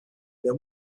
then